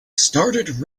started